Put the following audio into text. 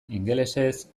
ingelesez